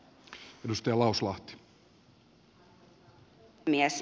arvoisa puhemies